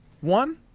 one